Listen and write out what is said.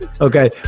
Okay